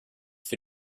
für